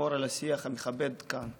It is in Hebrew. לשמור על שיח מכבד כאן.